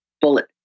Bullet